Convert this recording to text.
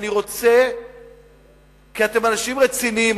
אתם אנשים רציניים,